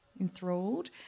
enthralled